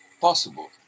possible